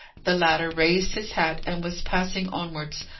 the latter raised his hat and was passing onwards,